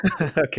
Okay